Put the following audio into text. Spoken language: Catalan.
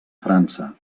frança